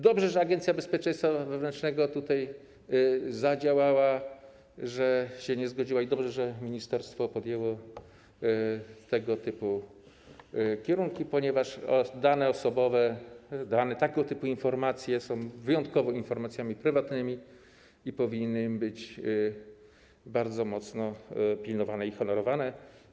Dobrze, że Agencja Bezpieczeństwa Wewnętrznego zadziałała, że się nie zgodziła, i dobrze, że ministerstwo podjęło tego typu kierunki, ponieważ dane osobowe, tego typu informacje są wyjątkowo informacjami prywatnymi i powinny być bardzo mocno pilnowane i honorowane.